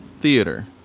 theater